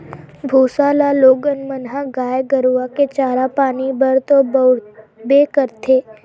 भूसा ल लोगन मन ह गाय गरु के चारा पानी बर तो बउरबे करथे